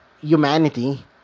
humanity